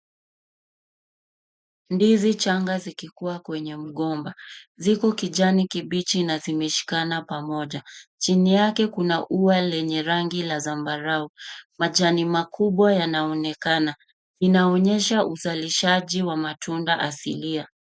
Ndizi changa zikikua kwenye mgomba. Ziko kijani kibichi na zimeshikana pamoja. Chini yake kuna ua lenye rangi la zambarau. Majani makubwa yanaonekana. Inaonyesha uzalishaji wa matunda hasilia.